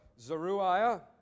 Zeruiah